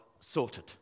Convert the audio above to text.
sorted